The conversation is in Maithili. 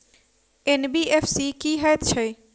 एन.बी.एफ.सी की हएत छै?